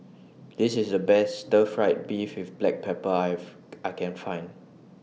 This IS The Best Stir Fried Beef with Black Pepper Have I Can Find